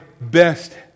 best